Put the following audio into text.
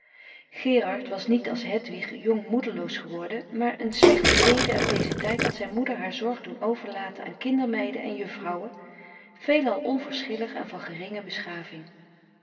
gerard was niet als hedwig jong moederloos geworden maar een slechte zede uit dezen tijd had zijn moeder haar zorg doen overlaten aan kindermeiden en juffrouwen veelal onverschillig en van geringe beschaving